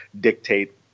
dictate